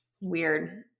Weird